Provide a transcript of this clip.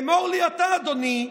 אמור לי אתה, אדוני,